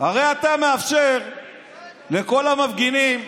הרי אתה מאפשר לכל המפגינים,